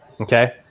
Okay